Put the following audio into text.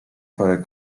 parę